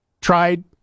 tried